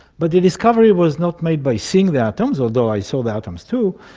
but the discovery was not made by seeing the atoms, although i saw the atoms too,